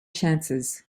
chances